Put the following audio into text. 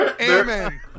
Amen